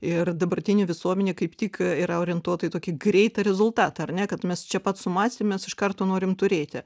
ir dabartinė visuomenė kaip tik yra orientuota į tokį greitą rezultatą ar ne kad mes čia pat sumąstę mes iš karto norim turėti